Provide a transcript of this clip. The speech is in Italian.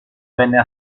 venne